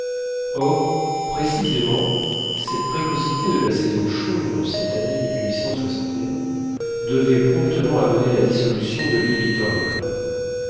or précisément cette précocité de la saison chaude en cette année devait promptement amener la dissolution de l'île victoria